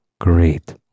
Great